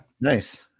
Nice